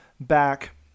back